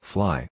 Fly